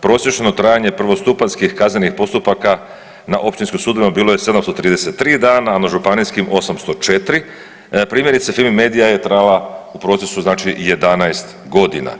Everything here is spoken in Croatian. Prosječno trajanje prvostupanjskih kaznenih postupaka na općinskim sudovima bilo je 733 dana, a na županijskim 804, a primjerice Fimi medija je trajala u procesu 11 godina.